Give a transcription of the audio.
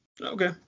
Okay